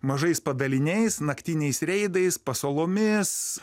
mažais padaliniais naktiniais reidais pasalomis